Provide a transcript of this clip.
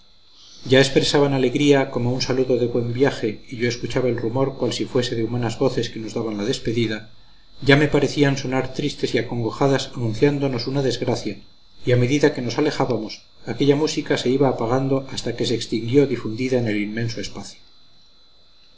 ya expresaban alegría como un saludo de buen viaje y yo escuchaba el rumor cual si fuese de humanas voces que nos daban la despedida ya me parecían sonar tristes y acongojadas anunciándonos una desgracia y a medida que nos alejábamos aquella música se iba apagando hasta que se extinguió difundida en el inmenso espacio